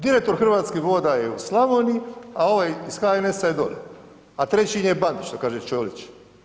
Direktor Hrvatskih voda je u Slavoniji, a ovaj iz HNS-a je dolje, a treći im je Bandić što kaže Ćorić.